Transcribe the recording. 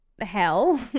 hell